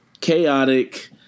chaotic